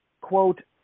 quote